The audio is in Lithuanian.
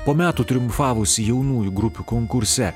po metų triumfavusi jaunųjų grupių konkurse